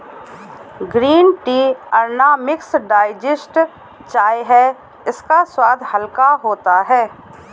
green tea unoxidised चाय है इसका स्वाद हल्का होता है